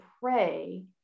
pray